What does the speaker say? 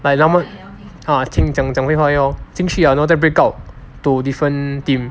like example ah 听讲讲废话而已 lor 进去了然后再 break out to different team